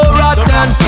rotten